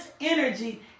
energy